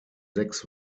sechs